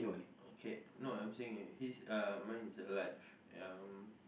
okay no I'm saying his uh mine is like um